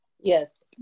Yes